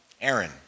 Aaron